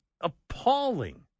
appalling